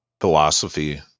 philosophy